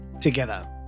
together